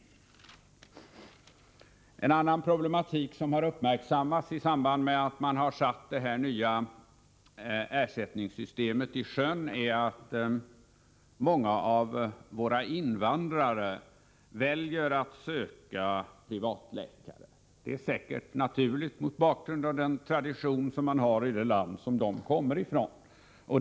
En annan problematik som har uppmärksammats i samband med att man har satt det nya ersättningssystemet i sjön är att många av våra invandrare väljer att söka privatläkare. Det är säkerligen naturligt med hänsyn till traditionen i de länder som dessa invandrare kommer ifrån.